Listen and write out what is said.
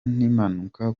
n’impanuka